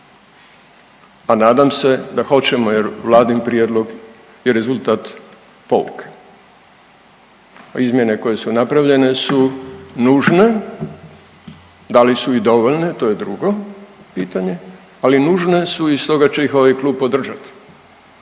a nadam se da hoćemo jer Vladin prijedlog je rezultat pouke, a izmjene koje su napravljene su nužne, da li su i dovoljne to je drugo pitanje, ali nužne su i stoga će ih ovaj klub podržati.